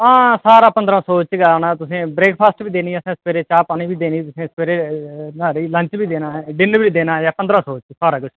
आं सारा पंदरां सौ च गै आना ब्रेकफॉस्ट बी देनी असें तुसेंगी चाह् पानी बी देनी न्हाड़े च लंच बी देना डिनर बी देना पंदरां सौ च